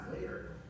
later